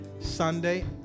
Sunday